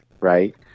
right